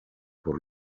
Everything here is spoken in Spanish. por